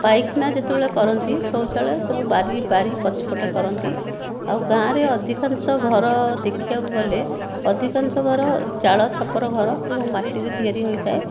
ପାଇଖାନା ଯେତେବେଳ କରନ୍ତି ଶୌଚାଳୟ ସବୁ ବାରି ବାରି ପଛପଟେ କରନ୍ତି ଆଉ ଗାଁରେ ଅଧିକାଂଶ ଘର ଦେଖିବାକୁ ଗଲେ ଅଧିକାଂଶ ଘର ଚାଳ ଛପର ଘର ଏବଂ ମାଟିରେ ତିଆରି ହୋଇଥାଏ